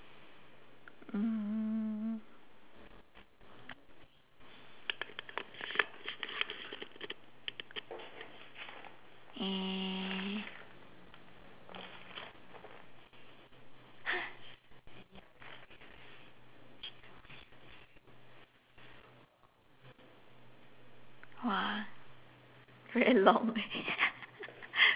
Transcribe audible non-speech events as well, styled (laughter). mm !wah! very long leh (laughs)